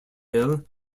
hill